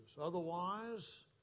Otherwise